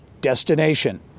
destination